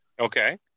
Okay